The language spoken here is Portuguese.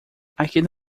aquele